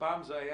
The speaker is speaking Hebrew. ומה הוא